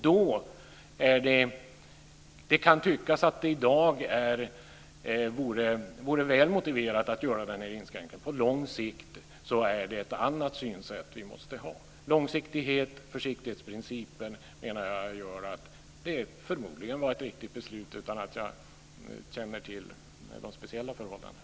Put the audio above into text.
Det kan tyckas att det i dag vore väl motiverat att göra en inskränkning. På lång sikt måste man ha ett annat synsätt. Utan att jag känner till de speciella förhållanden kan jag säga att långsiktigheten och försiktighetsprincipen gör att det förmodligen var ett riktigt beslut.